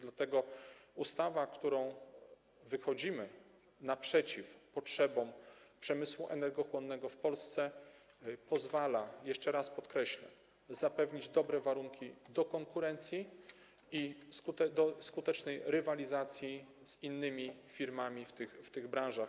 Dlatego ustawa, za pomocą której wychodzimy naprzeciw potrzebom przemysłu energochłonnego w Polsce, pozawala - jeszcze raz podkreślę - zapewnić dobre warunki do konkurencji i skutecznej rywalizacji z innymi firmami w tych branżach.